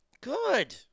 Good